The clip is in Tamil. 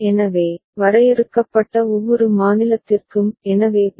எனவே வரையறுக்கப்பட்ட ஒவ்வொரு மாநிலத்திற்கும் எனவே பி